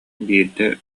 биирдэ